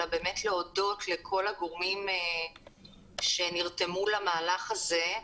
אלא גם באמת להודות לכל הגורמים שנרתמו למהלך הזה.